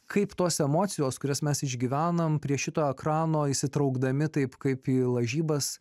kaip tos emocijos kurias mes išgyvename prie šito ekrano įsitraukdami taip kaip į lažybas